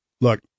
Look